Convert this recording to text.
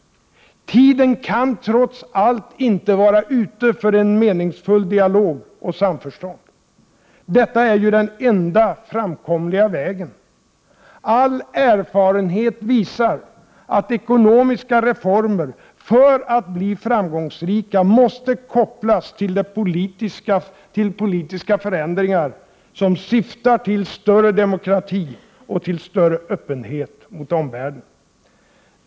Tiden kan trots allt inte vara ute för en meningsfull dialog och för samförstånd. Detta är ju den enda framkomliga vägen. All erfarenhet visar att ekonomiska reformer för att bli framgångsrika måste kopplas till politiska förändringar som syftar till större demokrati och till större öppenhet mot omvärlden.